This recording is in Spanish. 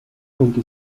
aunque